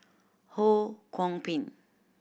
Ho Kwon Ping